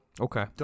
Okay